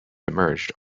emerged